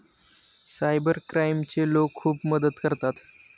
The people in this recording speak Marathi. सायबर क्राईमचे लोक खूप मदत करतात